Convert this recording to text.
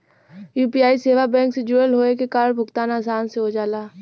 UPI सेवा bank से जुड़ल होये के कारण भुगतान आसान हो जाला